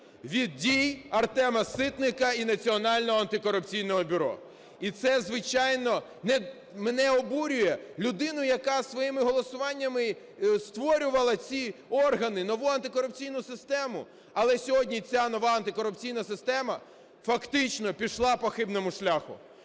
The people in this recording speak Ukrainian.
Від дій Артема Ситника і Національного антикорупційного бюро. І це, звичайно, мене обурює, людину, яка своїми голосуваннями створювала ці органи, нову антикорупційну систему. Але сьогодні ця нова антикорупційна система фактично пішла по хибному шляху,